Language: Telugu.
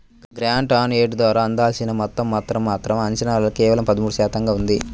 గ్రాంట్ ఆన్ ఎయిడ్ ద్వారా అందాల్సిన మొత్తం మాత్రం మాత్రం అంచనాల్లో కేవలం పదమూడు శాతంగా ఉంది